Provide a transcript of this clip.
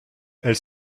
elle